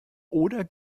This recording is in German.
oder